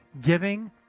giving